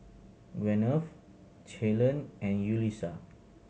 Gwyneth Ceylon and Yulisa